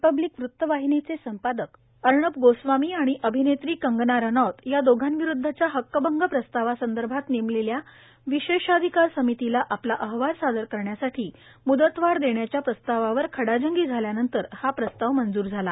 Republic वृत्तवाहिनीचे संपादक अर्णब गोस्वामी आणि अभिनेत्री कंगना रनौत या दोघांविरुद्धच्या हक्कभंग प्रस्तावासंदर्भात नेमलेल्या विशेषाधिकार समितीला आपला अहवाल सादर करण्यासाठी मुदतवाढ यायच्या प्रस्तावावर खडाजंगी झाल्यानंतर हा प्रस्ताव मंजूर झाला